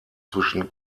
zwischen